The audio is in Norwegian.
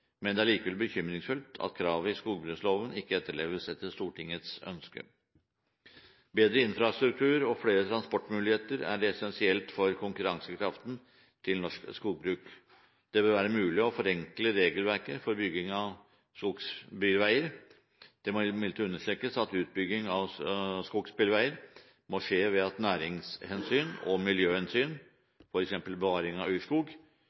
Det er likevel bekymringsfullt at kravet i skogbruksloven ikke etterleves etter Stortingets ønske. Bedre infrastruktur og flere transportmuligheter er essensielt for konkurransekraften til norsk skogbruk. Det bør være mulig å forenkle regelverket for bygging av skogsbilveier. Det må imidlertid understrekes at bygging av skogsbilveier ut fra næringshensyn og miljøhensyn, f.eks. bevaring av urskog,